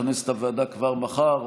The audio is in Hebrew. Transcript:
לכנס את הוועדה כבר מחר,